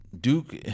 Duke